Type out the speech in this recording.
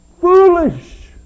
foolish